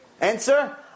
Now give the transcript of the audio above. answer